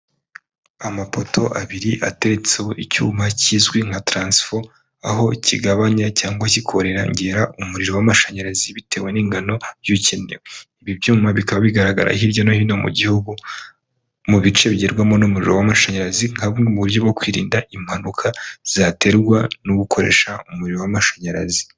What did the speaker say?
Amapoto abiri ateretseho icyuma kizwi nka taransifo aho kigabanya cyangwa kikongera umuriro w'amashanyarazi bitewe n'ingano y'ukenewe ibi byuma bikaba bigaragara hirya no hino mu gihugu mu bice bigerwamo n'umuriro w'amashanyarazi nka bumwe mu buryo bwo kwirinda impanuka zaterwa no gukoresha umuriro w'amashanyarazi.